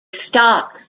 stopped